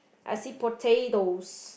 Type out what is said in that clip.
I see potatoes